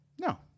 No